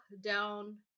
down